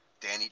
Danny